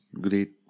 great